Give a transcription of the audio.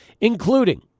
including